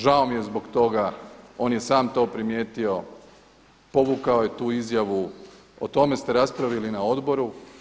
Žao mi je zbog toga, on je sam to primijetio, povukao je tu izjavu o tome ste raspravili na odboru.